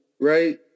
right